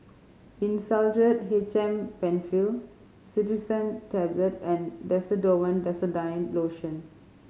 Insulatard H M Penfill Cetirizine Tablets and Desonide Lotion